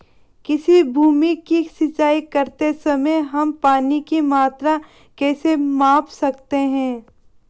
किसी भूमि की सिंचाई करते समय हम पानी की मात्रा कैसे माप सकते हैं?